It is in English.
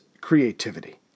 creativity